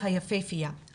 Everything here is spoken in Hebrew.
היפהפייה' ...